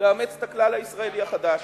לאמץ את הכלל הישראלי החדש.